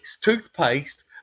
toothpaste